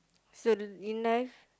so in life